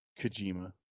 Kojima